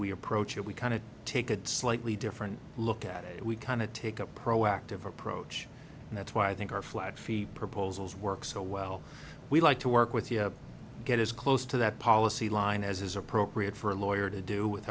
we approach it we kind of take a slightly different look at it we kind of take a proactive approach and that's why i think our flat fee proposals work so well we'd like to work with you get as close to that policy line as is appropriate for a lawyer to do with